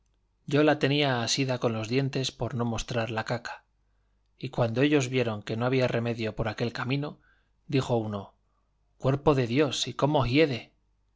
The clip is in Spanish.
yo la tenía asida con los dientes por no mostrar la caca y cuando ellos vieron que no había remedio por aquel camino dijo uno cuerpo de dios y cómo hiede